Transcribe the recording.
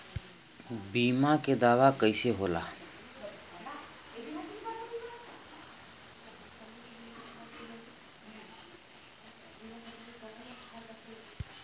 बीमा के दावा कईसे होला?